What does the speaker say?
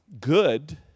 good